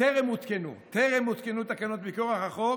טרם הותקנו תקנות מכוח החוק